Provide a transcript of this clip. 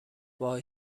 وای